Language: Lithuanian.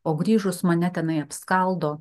o grįžus mane tenai apskaldo